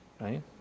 right